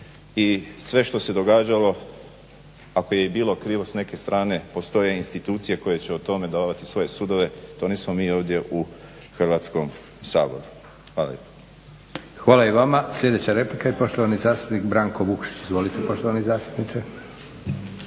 I sve što se događalo ako je i bilo krivo s neke strane postoje institucije koje će o tome davati svoje sudove. To nismo mi ovdje u Hrvatskom saboru. Hvala lijepo. **Leko, Josip (SDP)** Hvala i vama. Sljedeća replika i poštovani zastupnik Branko Vukšić. Izvolite poštovani zastupniče.